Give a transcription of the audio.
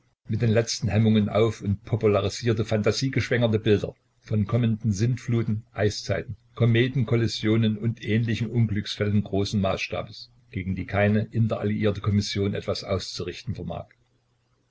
mit den letzten hemmungen auf und popularisierte phantasiegeschwängerte bilder von kommenden sintfluten eiszeiten kometenkollisionen und ähnlichen unglücksfällen großen maßstabes gegen die keine interalliierte kommission etwas auszurichten vermag